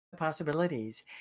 Possibilities